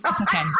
Okay